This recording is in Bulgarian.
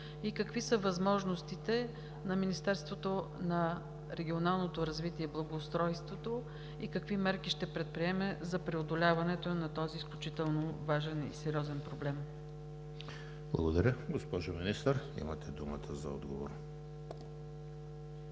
какви са възможностите на Министерството на регионалното развитие и благоустройството и какви мерки ще предприеме за преодоляването на този изключително важен и сериозен проблем? ПРЕДСЕДАТЕЛ ЕМИЛ ХРИСТОВ: Благодаря. Госпожо Министър, имате думата за отговор.